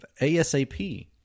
ASAP